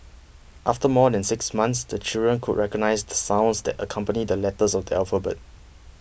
after more than six months the children could recognise the sounds that accompany the letters of the alphabet